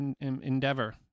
endeavor